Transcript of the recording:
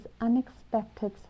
unexpected